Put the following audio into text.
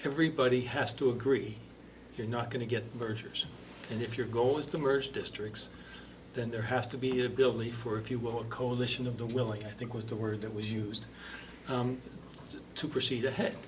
everybody has to agree you're not going to get vergers and if your goal is to merge districts then there has to be a belief or if you will a coalition of the willing i think was the word that was used to proceed ahead